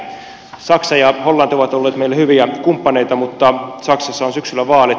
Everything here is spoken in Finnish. saksa ja hollanti ovat olleet meille hyviä kumppaneita mutta saksassa on syksyllä vaalit